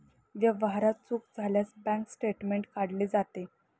व्यवहारात चूक झाल्यास बँक स्टेटमेंट काढले जाते